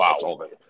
Wow